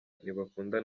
ntibakunda